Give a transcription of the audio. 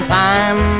time